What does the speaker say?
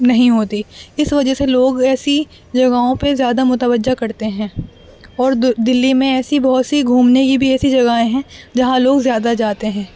نہیں ہوتی اس وجہ سے لوگ ایسی جگہوں پہ زیادہ متوجہ کرتے ہیں اور دلی میں ایسی بہت سی گھومنے کی بھی ایسی جگہیں ہیں جہاں لوگ زیادہ جاتے ہیں